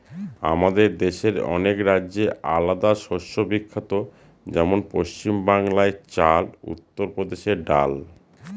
আমাদের দেশের অনেক রাজ্যে আলাদা শস্য বিখ্যাত যেমন পশ্চিম বাংলায় চাল, উত্তর প্রদেশে ডাল